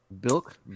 Bilk